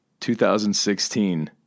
2016